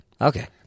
Okay